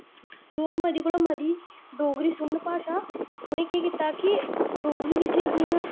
लोक मती कोला मती डोगरी सुनन भाशा ते उ'नै केह् कीत्ता कि डोगरी विच गै अपनियां